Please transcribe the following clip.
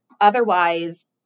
otherwise